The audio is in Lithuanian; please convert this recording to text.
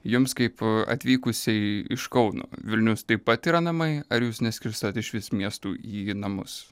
jums kaip atvykusiai iš kauno vilnius taip pat yra namai ar jus neskirstote išvis miestų į namus